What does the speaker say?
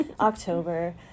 October